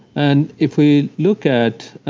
and if we look at